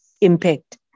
impact